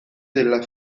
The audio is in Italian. della